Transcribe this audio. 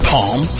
Palm